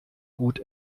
gut